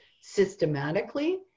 systematically